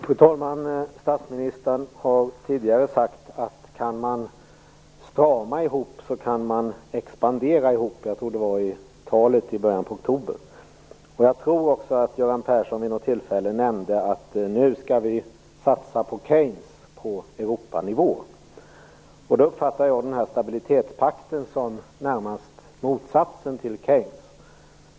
Fru talman! Statsministern har tidigare sagt att kan man strama ihop så kan man expandera ihop. Jag tror att han sade det i talet i början av oktober. Jag tror också att Göran Persson vid något tillfälle nämnde att vi nu skulle satsa på Keynes på Europanivå. Men jag uppfattar stabilitetspakten närmast som motsatsen till Keynes.